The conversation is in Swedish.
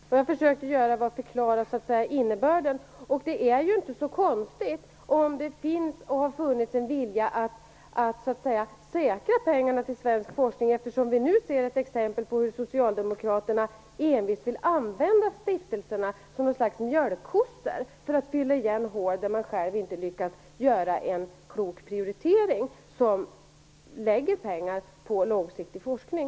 Herr talman! Jag skäms naturligtvis för att jag inte har läst protokollet. Det borde jag ha gjort. Vad jag försökte göra var att förklara innebörden. Det är inte så konstigt om det finns och har funnits en vilja att säkra pengarna till svensk forskning, eftersom vi nu ser exempel på hur Socialdemokraterna envist vill använda stiftelserna som något slags mjölkkossor, för att fylla igen hål när man själv inte lyckats att göra en god prioritering som givit pengar till långsiktig forskning.